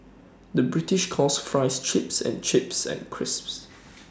the British calls Fries Chips and chips and crisps